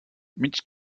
mitch